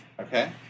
Okay